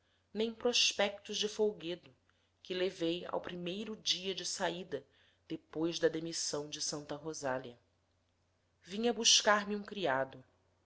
nem prospectos de folguedo que levei ao primeiro dia de saída depois da demissão de santa rosália vinha buscar-me um criado